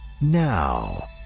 Now